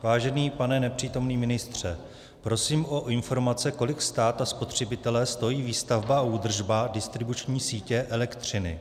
Vážený pane nepřítomný ministře, prosím o informace, kolik stát a spotřebitele stojí výstavba a údržba distribuční sítě elektřiny.